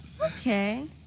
Okay